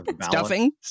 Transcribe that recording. Stuffing